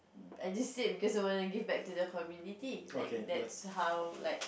I just said because I want to give back to the community like that's how like